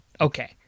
Okay